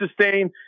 sustain